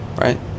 right